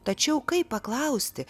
tačiau kaip paklausti